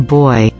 boy